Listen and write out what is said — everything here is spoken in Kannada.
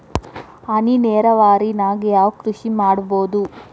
ಹನಿ ನೇರಾವರಿ ನಾಗ್ ಯಾವ್ ಕೃಷಿ ಮಾಡ್ಬೋದು?